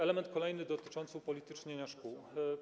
Element kolejny, dotyczący upolitycznienia szkół.